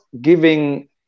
giving